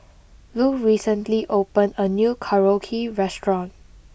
Lu recently opened a new Korokke restaurant